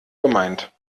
gemeint